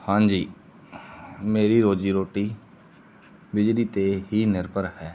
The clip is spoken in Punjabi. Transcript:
ਹਾਂਜੀ ਮੇਰੀ ਰੋਜ਼ੀ ਰੋਟੀ ਬਿਜਲੀ 'ਤੇ ਹੀ ਨਿਰਭਰ ਹੈ